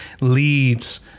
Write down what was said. leads